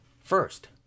First